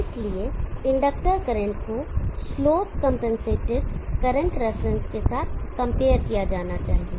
इसलिए inductor current को slope compensated current reference के साथ कंपेयर किया जाना चाहिए